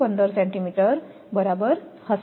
915 centimetre બરાબર હશે